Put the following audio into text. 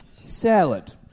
Salad